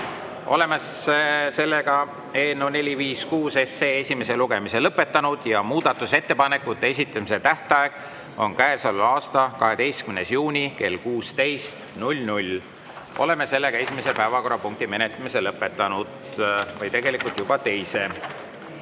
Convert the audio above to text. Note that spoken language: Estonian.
Oleme eelnõu 456 esimese lugemise lõpetanud. Muudatusettepanekute esitamise tähtaeg on käesoleva aasta 12. juuni kell 16. Oleme esimese päevakorrapunkti menetlemise lõpetanud, või tegelikult juba teise.